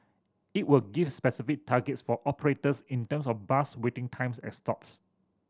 it will give specific targets for operators in terms of bus waiting times at stops